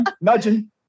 nudging